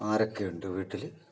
ആരൊക്കെ ഉണ്ട് വീട്ടിൽ